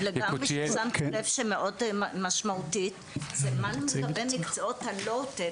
ששמתי לב שמאוד משמעותית זה מה לגבי מקצועות ה- low-tech ,